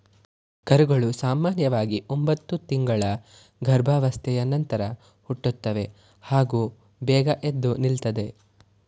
ಕರುಗಳು ಸಾಮನ್ಯವಾಗಿ ಒಂಬತ್ತು ತಿಂಗಳ ಗರ್ಭಾವಸ್ಥೆಯ ನಂತರ ಹುಟ್ಟುತ್ತವೆ ಹಾಗೂ ಬೇಗ ಎದ್ದು ನಿಲ್ತದೆ